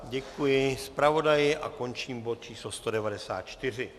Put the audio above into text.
Děkuji zpravodaji a končím bod číslo 194.